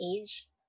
age